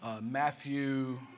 Matthew